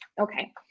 okay